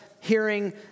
hearing